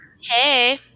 hey